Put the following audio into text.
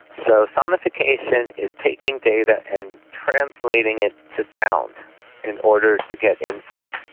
so sonification is taking data and translating it to sound in order to get insight.